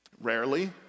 Rarely